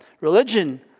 religion